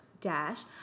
Dash